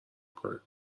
کنن